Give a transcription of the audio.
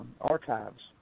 archives